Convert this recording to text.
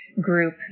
group